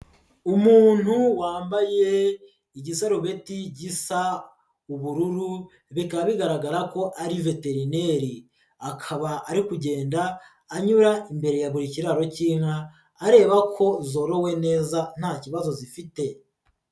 Umuntu wambaye igisarubeti gisa ubururu bikaba bigaragara ko ari veterineri, akaba ari kugenda anyura imbere ya buri kiraro k'inka areba ko zorowe neza nta kibazo zifite.